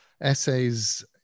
essays